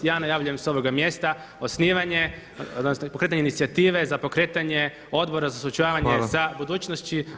Ja najavljujem sa ovoga mjesta osnivanje, odnosno pokretanje inicijative za pokretanje Odbora za suočavanje sa budućnošću.